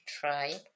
try